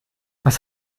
was